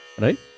right